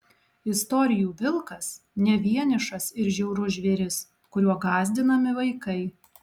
istorijų vilkas ne vienišas ir žiaurus žvėris kuriuo gąsdinami vaikai